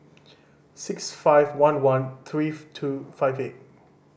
six five one one three two five eight